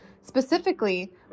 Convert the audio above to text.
specifically